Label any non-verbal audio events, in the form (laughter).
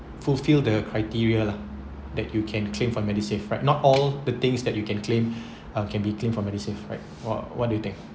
fulfill the criteria lah that you can claim from medisave but not all the things that you can claim (breath) uh can be claimed from medisave right what what do you think